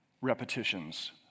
repetitions